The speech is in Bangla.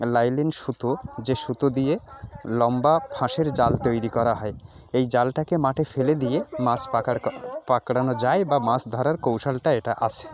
নাইলন সুতো যে সুতো দিয়ে লম্বা ফাঁসের জাল তৈরি করা হয় এই জালটাকে মাঠে ফেলে দিয়ে মাছ পাকড়ানো যায় বা মাছ ধরার কৌশলটা এটা আছে